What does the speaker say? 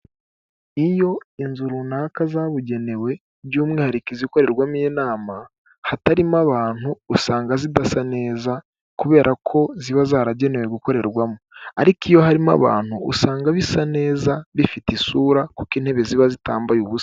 Iyo inzu runaka zabugenewe by'umwihariko izikorerwamo inama hatarimo abantu usanga zidasa neza kubera ko ziba zaragenewe gukorerwamo ariko iyo harimo abantu usanga bisa neza bifite isura kuko intebe ziba zitambaye ubusa.